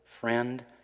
friend